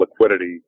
liquidity